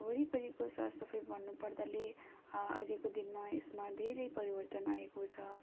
वरिपरिको सरसफाइ भन्नुपर्दाले अहिलेको दिनमा यसमा धेरै परिवर्तन आएको छ